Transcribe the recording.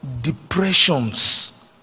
depressions